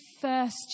first